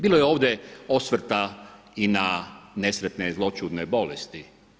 Bilo je ovdje osvrta i na nesretne zloćudne bolesti.